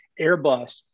Airbus